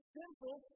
simple